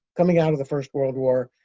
coming out of the first world war.